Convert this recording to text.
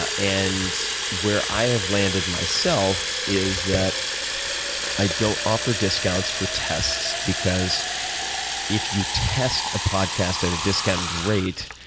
ah and where i have landed myself is that i don't offer discounts for tests because if you test a podcast at a discounted rate,